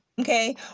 okay